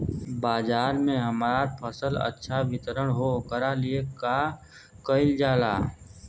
बाजार में हमार फसल अच्छा वितरण हो ओकर लिए का कइलजाला?